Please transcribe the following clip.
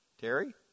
Terry